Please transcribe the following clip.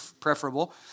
preferable